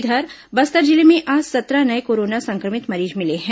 इधर बस्तर जिले में आज सत्रह नये कोरोना संक्रमित मरीज मिले हैं